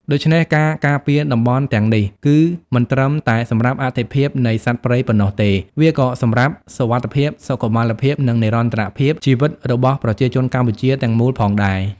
ដូច្នេះ ការការពារតំបន់ទាំងនេះ គឺមិនត្រឹមតែសម្រាប់អត្ថិភាពនៃសត្វព្រៃប៉ុណ្ណោះទេ វាក៏សម្រាប់សុវត្ថិភាព សុខុមាលភាព និងនិរន្តរភាពជីវិតរបស់ប្រជាជនកម្ពុជាទាំងមូលផងដែរ។